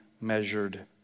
measured